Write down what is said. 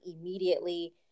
immediately